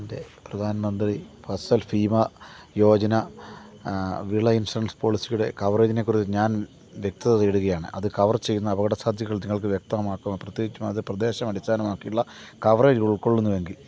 എൻ്റെ പ്രധാൻമന്ത്രി ഫസൽ ഭീമ യോജന വിള ഇൻഷുറൻസ് പോളിസിയുടെ കവറേജിനെക്കുറിച്ച് ഞാൻ വ്യക്തത തേടുകയാണ് അത് കവർ ചെയ്യുന്ന അപകടസാധ്യതകൾ നിങ്ങൾക്ക് വ്യക്തമാക്കാമോ പ്രത്യേകിച്ചും അത് പ്രദേശം അടിസ്ഥാനമാക്കിയുള്ള കവറേജ് ഉൾക്കൊള്ളുന്നുവെങ്കിൽ